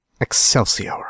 Excelsior